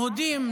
יהודים,